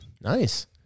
nice